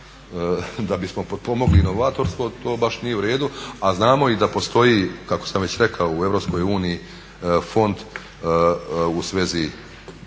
da bismo potpomogli inovatorstvo to baš nije uredu, a znamo i da postoji kako sam već rekao u EU fond u svezi